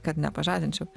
kad nepažadinčiau